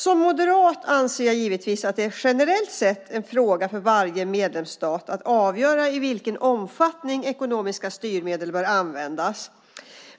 Som moderat anser jag givetvis att det generellt sett är en fråga för varje medlemsstat att avgöra i vilken omfattning ekonomiska styrmedel bör användas.